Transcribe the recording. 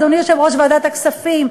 אדוני יושב-ראש ועדת הכספים,